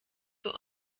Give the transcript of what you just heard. für